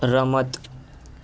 રમત